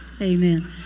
amen